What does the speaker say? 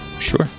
Sure